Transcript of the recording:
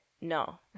no